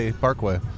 Parkway